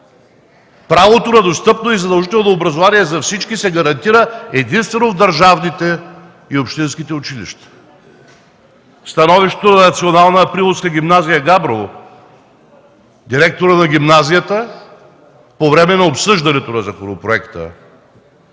Правото на достъпно и задължително образование за всички се гарантира единствено в държавните и общинските училища”. Становището на Национална Априловска гимназия – Габрово. Директорът на гимназията, по време на обсъждането на законопроекта: